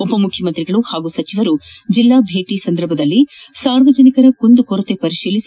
ಉಪಮುಖ್ಯಮಂತ್ರಿಗಳು ಪಾಗೂ ಸಜಿವರು ಜಿಲ್ಲಾ ಭೇಟಿ ಸಂದರ್ಭದಲ್ಲಿ ಸಾರ್ವಜನಿಕರ ಕುಂದುಕೊರತೆ ಪರಿಶೀಲಿಸಿ